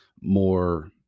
more